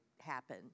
happen